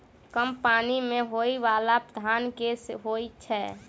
कम पानि मे होइ बाला धान केँ होइ छैय?